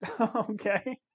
Okay